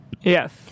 yes